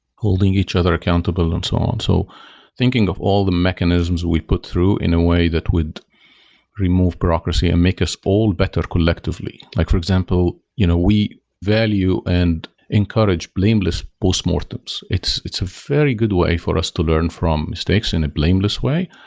holding each other accountable and so on? so thinking of all the mechanisms we put through in a way that would remove bureaucracy and make us all better collectively. like for example, you know we value and encourage blameless post-mortems. it's it's a very good way for us to learn from mistakes in a blameless way,